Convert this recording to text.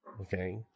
Okay